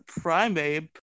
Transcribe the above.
Primeape